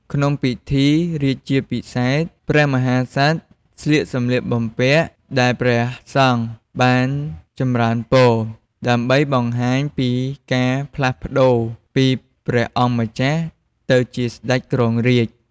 ក្នុងពិធីរាជាភិសេក ព្រះមហាក្សត្រស្លៀកសំលៀកបំពាក់ដែលព្រះសង្ឃបានចម្រើនពរ ដើម្បីបង្ហាញពីការផ្លាស់ប្តូរពីព្រះអង្គម្ចាស់ទៅជាស្ដេចគ្រងរាជ្យ។